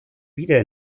wieder